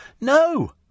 No